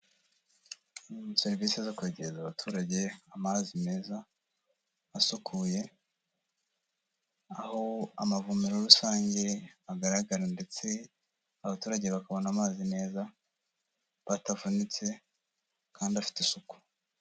Serivisi zo kwegereza abaturage amazi meza asukuye, aho amavomero rusange agaragara ndetse abaturage bakabona amazi batavunitse kandi afite isuku.